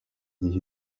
gihe